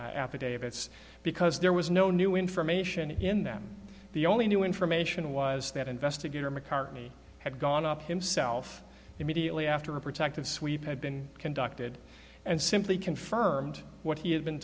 affidavits because there was no new information in them the only new information was that investigator macartney had gone up himself immediately after a protective sweep had been conducted and simply confirmed what he had been